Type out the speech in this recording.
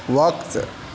وقت